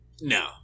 No